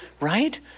right